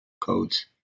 codes